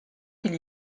qu’il